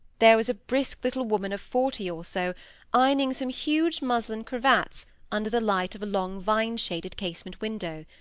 there was a brisk little woman of forty or so ironing some huge muslin cravats under the light of a long vine-shaded casement window.